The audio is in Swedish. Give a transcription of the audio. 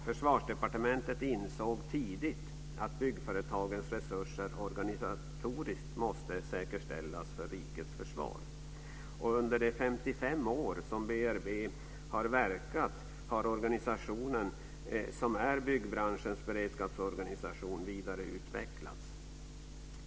Försvarsdepartementet insåg tidigt att byggföretagens resurser organisatoriskt måste säkerställas för rikets försvar. Under de 55 år som BRB har verkat har organisationen, som är byggbranschens beredskapsorganisation, vidareutvecklats.